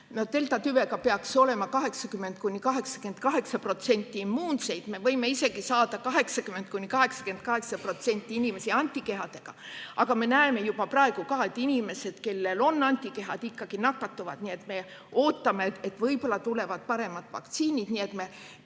Deltatüve korral peaks selleks 80–88% immuunseid olema. Me võime isegi saavutada, et 80–88% inimesi on antikehadega, aga me näeme juba praegu, et inimesed, kellel on antikehad, ikkagi nakatuvad. Nii et me ootame, et võib-olla tulevad paremad vaktsiinid. Pigem me